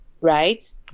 right